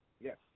Yes